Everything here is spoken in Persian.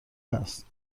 است